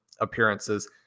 appearances